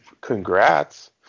congrats